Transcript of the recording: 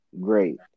Great